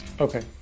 Okay